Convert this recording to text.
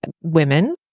women